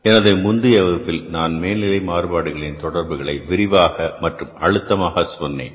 எனது முந்தைய வகுப்பில் நான் மேல்நிலை மாறுபாடுகளின் தொடர்புகளை விரிவாக மற்றும் அழுத்தமாக சொன்னேன்